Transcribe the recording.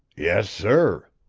yes, sir.